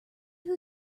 who